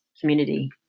community